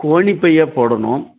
கோணிப் பையாக போடணும்